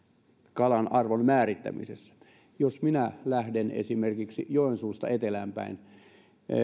kalan arvon määrittämisessä jos minä lähden esimerkiksi joensuusta etelään päin